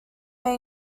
may